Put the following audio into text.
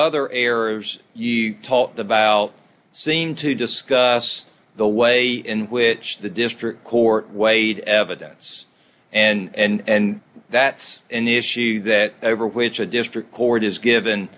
other errors you talked about seem to discuss the way in which the district court weighed evidence and that's an issue that every which a district court is given